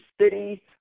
city